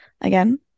Again